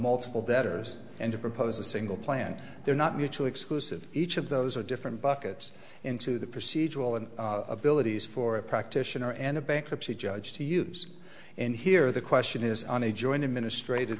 multiple debtors and to propose a single plan they're not mutually exclusive each of those are different buckets into the procedural and abilities for a practitioner and a bankruptcy judge to use and here the question is on a joint administrat